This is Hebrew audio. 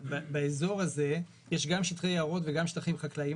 באזור הזה יש גם שטחי יערות וגם שטחים חקלאיים.